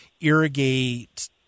irrigate